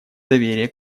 доверие